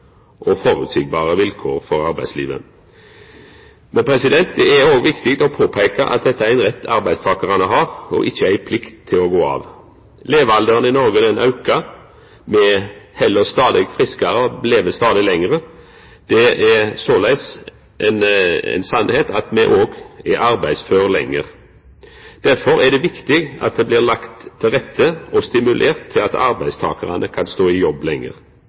og gir stabile og føreseielege vilkår for arbeidslivet. Det er òg viktig å peika på at dette er ein rett arbeidstakarane har, ikkje ei plikt til å gå av. Levealderen i Noreg aukar. Me held oss stadig friskare og lever stadig lenger. Det er såleis ei sanning at me òg er arbeidsføre lenger. Derfor er det viktig at det blir lagt til rette for og stimulert til at arbeidstakarane kan stå i jobb lenger.